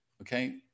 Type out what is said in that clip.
Okay